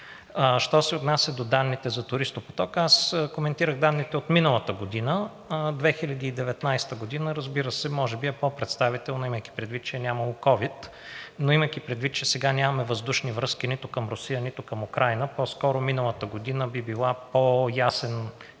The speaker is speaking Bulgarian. Що се отнася до данните за туристопотока, аз коментирах данните от миналата година – 2019 г., разбира се, може би е по представителна, имайки предвид, че е нямало ковид, но имайки предвид, че сега нямаме въздушни връзки нито към Русия, нито към Украйна, по-скоро миналата година би била по-ясен индикатор